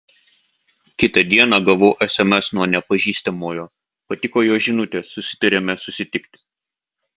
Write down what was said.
kitą dieną gavau sms nuo nepažįstamojo patiko jo žinutės susitarėme susitikti